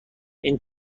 این